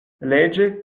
leĝe